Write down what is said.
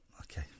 Okay